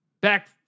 back